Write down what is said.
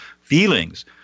feelings